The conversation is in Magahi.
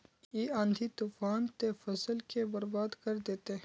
इ आँधी तूफान ते फसल के बर्बाद कर देते?